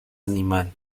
animal